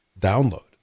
download